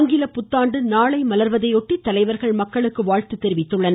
ஆங்கில புத்தாண்டு நாளை மலர்வதையொட்டி தலைவர்கள் மக்களுக்கு வாழ்த்து தெரிவித்துக்கொண்டுள்ளனர்